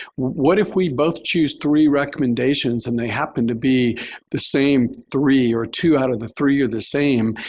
what if we both choose three recommendations and they happen to be the same three or two out of the three of the same?